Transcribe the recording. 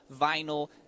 vinyl